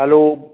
હાલો